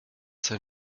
sein